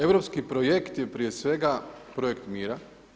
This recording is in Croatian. Europski projekt je prije svega projekt mira.